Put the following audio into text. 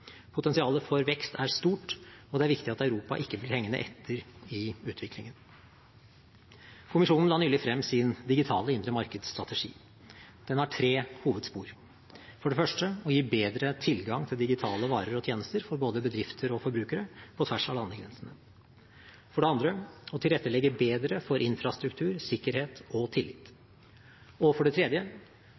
Potensialet for vekst er stort, og det er viktig at Europa ikke blir hengende etter i utviklingen. Kommisjonen la nylig frem sin digitale indre markedsstrategi. Den har tre hovedspor: for det første å gi bedre tilgang til digitale varer og tjenester for både bedrifter og forbrukere på tvers av landegrensene, for det andre å tilrettelegge bedre for infrastruktur, sikkerhet og tillit, for det tredje